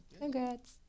Congrats